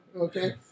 Okay